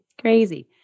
crazy